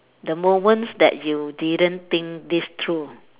the moments that you didn't think this through